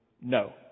no